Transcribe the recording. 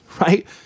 right